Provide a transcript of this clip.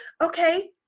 okay